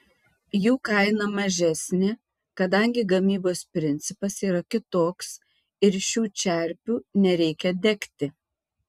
jų kaina mažesnė kadangi gamybos principas yra kitoks ir šių čerpių nereikia degti